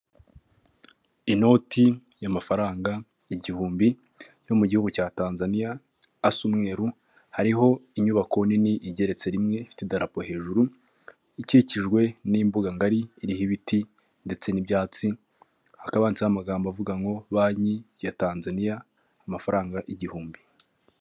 Inoti y'amafaranga igihumbi yo mu gihugu cya Tanzaniya asa umweru, hariho inyubako nini igeretse rimwe, ifite idarapo hejuru ikikijwe n'imbuga ngari, iriho ibiti ndetse n'ibyatsi hakaba handitseho amagambo avuga ngo banki ya Tanzaniya amafaranga igihumbi.